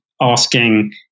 asking